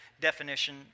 definition